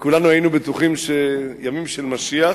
וכולנו היינו בטוחים שימים של משיח.